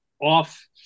off